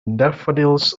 daffodils